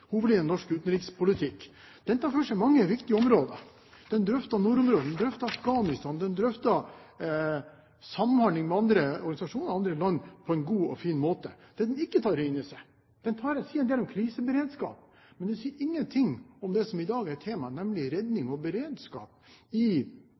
i norsk utenrikspolitikk, som jeg leste i forbindelse med dette. Den tar for seg mange viktige områder. Den drøfter nordområdene, den drøfter Afghanistan, og den drøfter samhandling med andre organisasjoner og andre land på en god og fin måte. Den sier en del om kriseberedskap, men den sier ingenting om det som i dag er temaet, nemlig redning